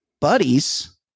buddies